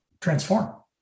transform